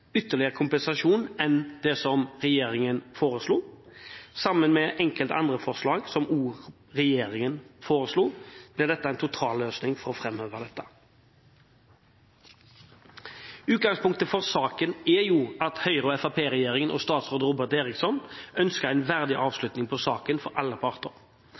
ytterligere kompensasjon enn det som regjeringen foreslo. Sammen med enkelte andre forslag som også regjeringen foreslo, blir dette en totalløsning for å framheve det. Utgangspunktet for saken er at Høyre–Fremskrittsparti-regjeringen og statsråd Robert Eriksson ønsket en verdig avslutning på saken for alle parter.